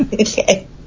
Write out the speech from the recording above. Okay